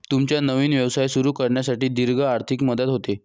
तुमचा नवीन व्यवसाय सुरू करण्यासाठी दीर्घ आर्थिक मदत होते